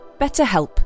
BetterHelp